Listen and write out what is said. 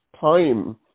time